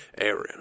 Aaron